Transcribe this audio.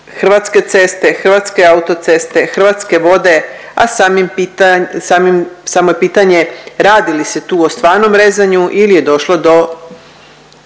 Hrvatske ceste, Hrvatske autoceste, Hrvatske vode, a samo je pitanje radi li se tu o stvarnom rezanju ili je došlo do